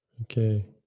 Okay